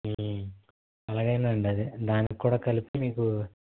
అలాగేనండి అది దానికి కూడా కలిపి మీకు